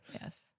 Yes